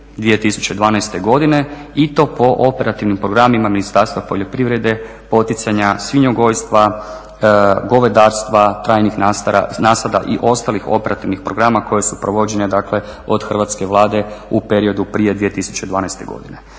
2012. godine i to po operativnim programima Ministarstva poljoprivrede poticanja svinjogojstva, govedarstva, trajnih nasada i ostalih operativnih programa koje su provođene od Hrvatske vlade u periodu prije 2012. godine.